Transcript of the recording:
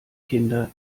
kinder